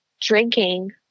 drinking